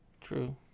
True